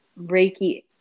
Reiki